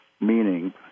meaning